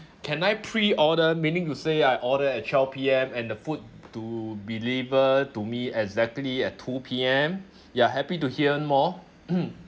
can I pre-order meaning to say I order at twelve P_M and the food to deliver to me exactly at two P_M ya happy to hear more